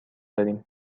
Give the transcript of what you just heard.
داریم